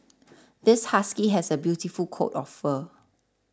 this husky has a beautiful coat of fur